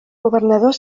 governador